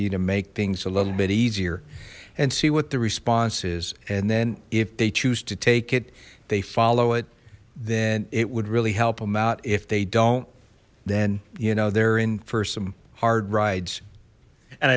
you to make things a little bit easier and see what the response is and then if they choose to take it they follow it then it would really help them out if they don't then you know they're in for some hard rides and